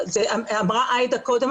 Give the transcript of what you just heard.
אמרה עאידה קודם,